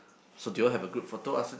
so do you all have a group photo after that